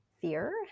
fear